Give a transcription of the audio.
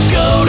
go